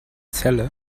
celle